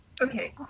Okay